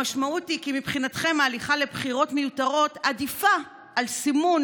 המשמעות היא כי מבחינתכם ההליכה לבחירות מיותרות עדיפה על סימון